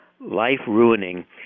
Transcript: life-ruining